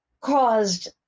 caused